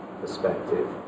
perspective